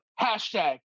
hashtag